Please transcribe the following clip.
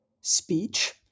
speech